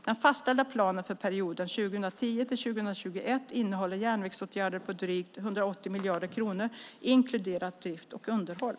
Den fastställda planen för perioden 2010-2021 innehåller järnvägsåtgärder på drygt 180 miljarder kronor inkluderat drift och underhåll.